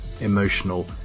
emotional